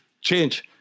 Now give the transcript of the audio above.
Change